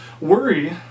Worry